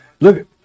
look